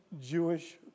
Jewish